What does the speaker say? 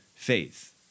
Faith